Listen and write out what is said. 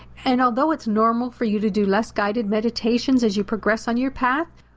and although it's normal for you to do less guided meditations as you progress on your path,